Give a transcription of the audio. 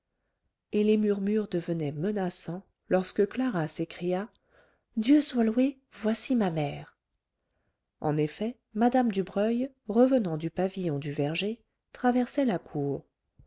et les murmures devenaient menaçants lorsque clara s'écria dieu soit loué voici ma mère en effet mme dubreuil revenant du pavillon du verger traversait la cour